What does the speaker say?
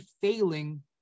failing